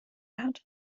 hat